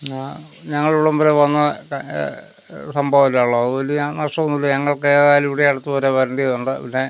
ഞങ്ങൾ ഇവിടം വരെ വന്ന് ക സംഭവം ഒരാളാണ് അതുകൊണ്ട് ഞ നഷ്ടം ഒന്നുമില്ല ഞങ്ങൾക്ക് ഏതായാലും ഇവിടെ അടുത്ത് വരെ വരേണ്ടതുണ്ട് പിന്നെ